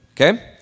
Okay